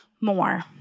more